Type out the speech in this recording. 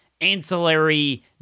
ancillary